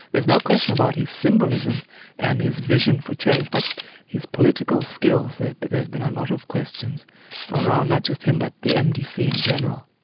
there's no question about his symbolism and his vision for change, but his political skills, there have been a lot of questions around not just him by but the mdc in general.